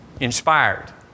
inspired